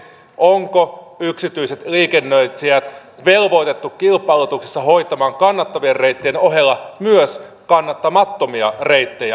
onko yksityiset liikennöitsijät velvoitettu kilpailutuksissa hoitamaan kannattavien reittien ohella myös kannattamattomia reittejä